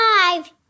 Five